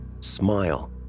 smile